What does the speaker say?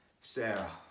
Sarah